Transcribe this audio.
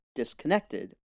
disconnected